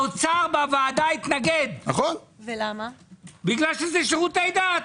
האוצר בוועדה התנגד כי זה שירותי דת.